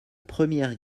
première